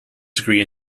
degree